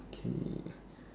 okay